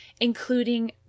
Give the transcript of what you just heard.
including